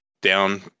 down